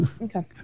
Okay